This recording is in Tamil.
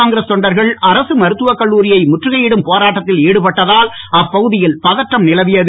காங்கிரஸ் தொண்டர்கள் அரசு மருத்துவக் கல்லூரியை முற்றுகையிடும் போராட்டத்தில் ஈடுபட்டதால் அப்பகுதியில் பதற்றம் நிலவியது